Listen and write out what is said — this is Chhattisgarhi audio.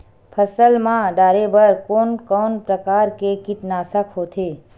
फसल मा डारेबर कोन कौन प्रकार के कीटनाशक होथे?